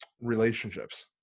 relationships